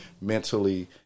mentally